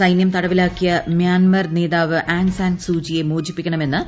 സൈനൃം തടവിലാക്കിയ മ്യാൻമർ നേതാവ് ആങ് സാൻ സൂചിയെ മോചിപ്പിക്കണമെന്ന് യു